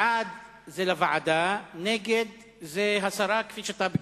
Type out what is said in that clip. בעד זה ועדה, נגד זה הסרה, כפי שאתה ביקשת.